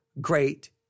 great